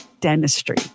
dentistry